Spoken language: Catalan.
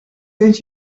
cents